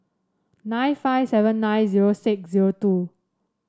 nine five seven nine zero six zero two